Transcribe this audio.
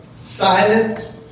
silent